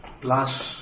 plus